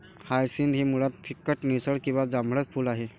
hyacinth हे मुळात फिकट निळसर किंवा जांभळट फूल आहे